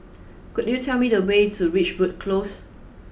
could you tell me the way to Ridgewood Close